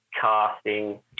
casting –